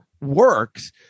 works